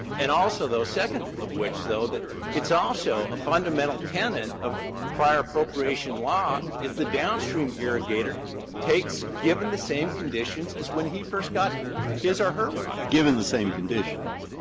and also, though second of which, though, that it's also a fundamental tenet of prior appropriation law is the downstream irrigator takes, given the same conditions as when he first got his or her right. breyer given the same conditions.